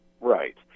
Right